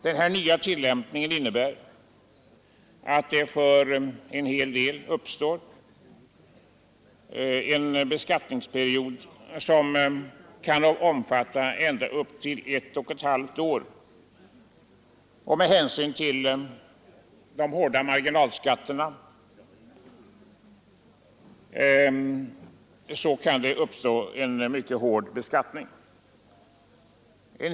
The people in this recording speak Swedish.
Den här nya tillämpningen innebär att det för en hel del personer uppkommer en beskattningsperiod som kan omfatta ända upp till ett och ett halvt år, och med hänsyn till marginalskatterna kan det bli en mycket hård beskattning.